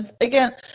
Again